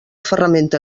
ferramenta